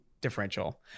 differential